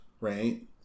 right